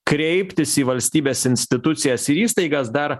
kreiptis į valstybės institucijas ir įstaigas dar